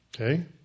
okay